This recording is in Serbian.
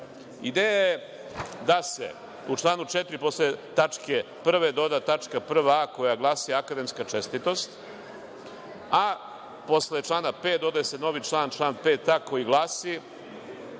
Ideja je da se u članu 4. posle tačke 1) doda tačka 1a) koja glasi – akademska čestitost, a posle člana 5. dodaje se novi član, član 5a, koji glasi